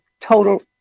total